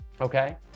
Okay